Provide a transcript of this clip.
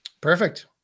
Perfect